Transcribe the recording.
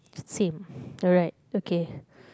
same alright okay